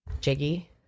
Jiggy